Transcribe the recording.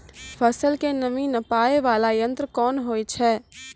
फसल के नमी नापैय वाला यंत्र कोन होय छै